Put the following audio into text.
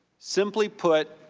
simply put,